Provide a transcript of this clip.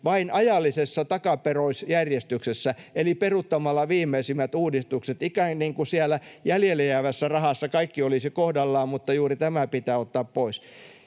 vain ajallisessa takaperoisjärjestyksessä eli peruuttamalla viimeisimmät uudistukset, ikään kuin siellä jäljellä jäävässä rahassa kaikki olisi kohdallaan, mutta juuri tämä pitää ottaa pois.